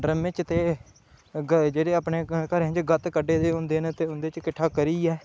ड्रमें च ते जेह्ड़े अपने घरें च गत्त कड्ढे दे होंदे न ते उं'दे च किट्ठा करियै